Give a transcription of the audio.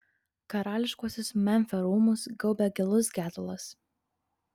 karališkuosius memfio rūmus gaubė gilus gedulas